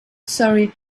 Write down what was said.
surrey